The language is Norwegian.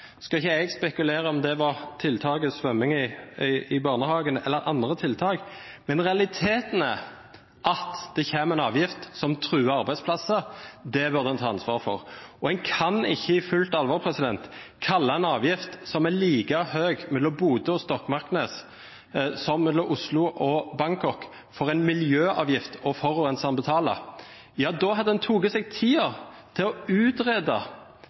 skal ikke jeg spekulere i om det var tiltak for svømming i barnehagene eller andre tiltak, men realiteten er at det kommer en avgift som truer arbeidsplasser. Det burde en ta ansvar for. En kan ikke i fullt alvor kalle en avgift som er like høy mellom Bodø og Stokmarknes som mellom Oslo og Bangkok, for en miljøavgift som forurenseren betaler. Ja, da hadde en tatt seg tid til å utrede